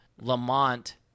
Lamont